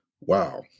Wow